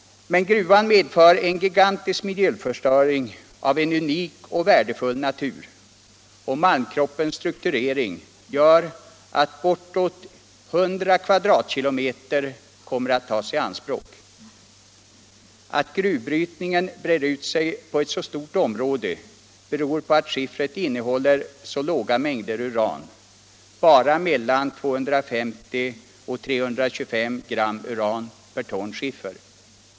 Men gruvan medför en gigantisk miljöförstöring av en unik och värdefull natur. Malmkroppens strukturering gör att bortåt 100 km' kommer att tas i anspråk. Att gruvbrytning brer ut sig på ett så stort område beror på att skiffret innehåller så låga mängder uran — bara mellan 250 och 325 gram uran per ton skiffer.